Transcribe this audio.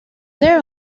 there